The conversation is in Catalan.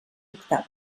octava